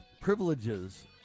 Privileges